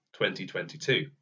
2022